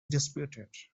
disputed